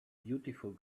beautiful